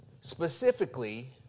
specifically